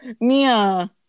Mia